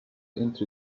into